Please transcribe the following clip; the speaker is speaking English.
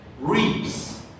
reaps